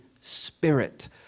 spirit